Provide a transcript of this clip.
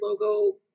logo